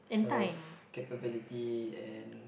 health capability and